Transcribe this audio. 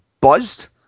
buzzed